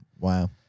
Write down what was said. Wow